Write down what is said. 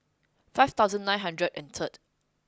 five thousand nine hundred and third